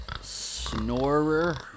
Snorer